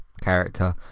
character